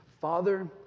Father